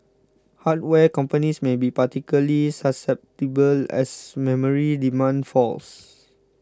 hardware companies may be particularly susceptible as memory demand falls